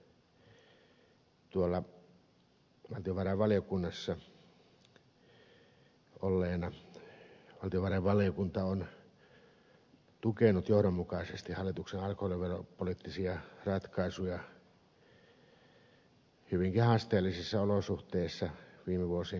tuolla valtiovarainvaliokunnassa olleena voin sanoa että valtiovarainvaliokunta on tukenut johdonmukaisesti hallituksen alkoholiveropoliittisia ratkaisuja hyvinkin haasteellisissa olosuhteissa viime vuosien kuluessa